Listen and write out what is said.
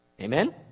Amen